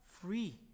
free